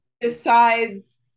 decides